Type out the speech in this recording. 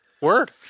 Word